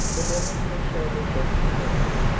the woman who shall reject him once,